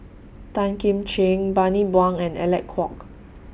Tan Kim Ching Bani Buang and Alec Kuok